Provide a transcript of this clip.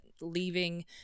leaving